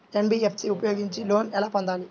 NBFC ఉపయోగించి loan ఎలా పొందాలి?